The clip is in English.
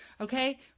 Okay